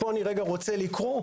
פה אני רגע רוצה לקרוא,